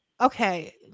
okay